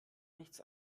nichts